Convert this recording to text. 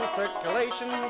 circulation